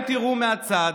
לא הערת הערה אחת.